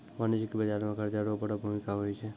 वाणिज्यिक बाजार मे कर्जा रो बड़ो भूमिका हुवै छै